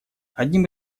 одним